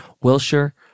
Wilshire